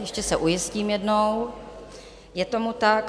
Ještě se ujistím jednou je tomu tak.